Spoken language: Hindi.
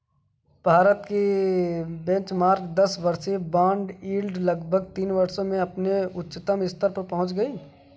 भारत की बेंचमार्क दस वर्षीय बॉन्ड यील्ड लगभग तीन वर्षों में अपने उच्चतम स्तर पर पहुंच गई